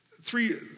three